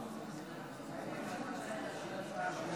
להלן תוצאות ההצבעה: